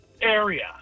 area